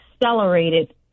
accelerated